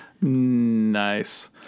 Nice